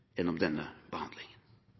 gjennom denne behandlingen.